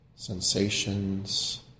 Sensations